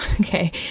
okay